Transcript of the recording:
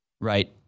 right